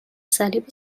صلیب